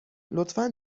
لطفا